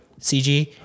CG